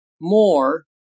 more